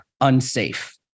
unsafe